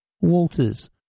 Walters